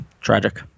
Tragic